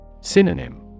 Synonym